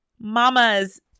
mamas